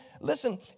listen